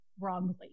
wrongly